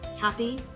happy